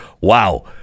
Wow